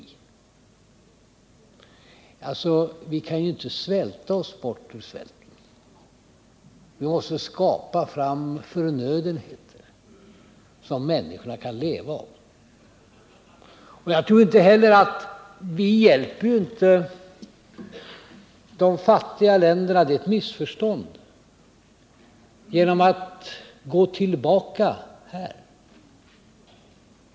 Vi kan ju inte svälta oss ur svälten. Vi måste skapa förnödenheter som människorna kan leva av. Jag tror inte heller att vi hjälper de fattiga länderna genom att gå tillbaka här — det är ett missförstånd.